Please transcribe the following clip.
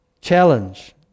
challenge